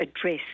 address